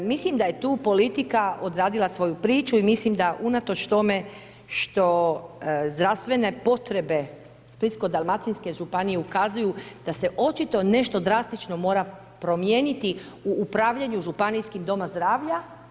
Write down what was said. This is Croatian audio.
Mislim da je tu politika odradila svoju priču i mislim da unatoč tome što zdravstvene potrebe Splitsko-dalmatinske županije ukazuju da se očito nešto drastično mora promijeniti u upravljanju županijskim domovima zdravlja.